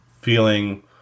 feeling